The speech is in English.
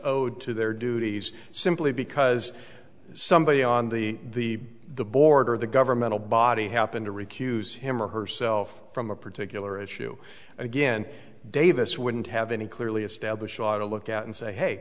owed to their duties simply because somebody on the the border the governmental body happened to recuse him or herself from a particular issue again davis wouldn't have any clearly established law to look at and say hey